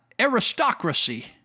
aristocracy